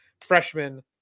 freshman